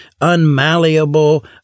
unmalleable